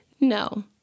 No